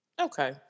Okay